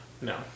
No